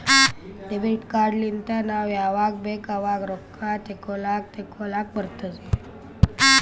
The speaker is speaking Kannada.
ಡೆಬಿಟ್ ಕಾರ್ಡ್ ಲಿಂತ್ ನಾವ್ ಯಾವಾಗ್ ಬೇಕ್ ಆವಾಗ್ ರೊಕ್ಕಾ ತೆಕ್ಕೋಲಾಕ್ ತೇಕೊಲಾಕ್ ಬರ್ತುದ್